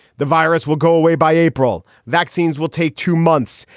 the virus will go away by april. vaccines will take two months.